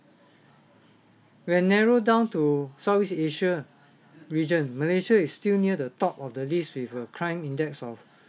when narrow down to south east asia region malaysia is still near the top of the list with a crime index of